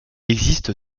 existe